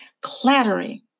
clattering